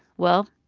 well,